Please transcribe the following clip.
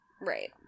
Right